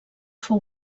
fou